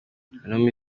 intumbi